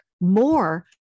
more